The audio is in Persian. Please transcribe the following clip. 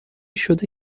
شده